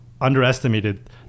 underestimated